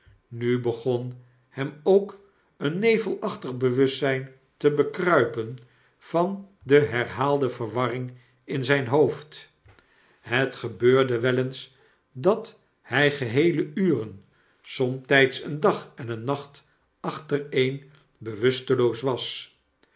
nu begon hem ook een nevelachtig bewustzijn te bekruipen van de herhaalde verwarring in zyn hoofd het gebeurde wel eens dat hg geheele uren somtijds een dag en een nacht achtereen bewusteloos was